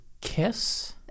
Kiss